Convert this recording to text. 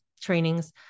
trainings